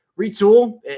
retool